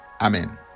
amen